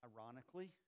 ironically